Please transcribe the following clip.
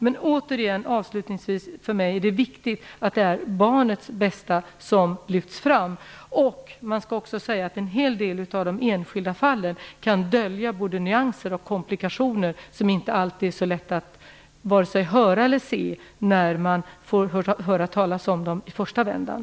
Men återigen: för mig är det viktigt att det är barnets bästa som lyfts fram. Man måste också säga att en hel del av de enskilda fallen kan dölja både nyanser och komplikationer som inte alltid är så lätta att vare sig höra eller se när man får höra talas om dem i första vändan.